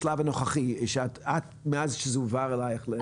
בשלב הנוכחי, מאז שזה הועבר אלייך לטיפול.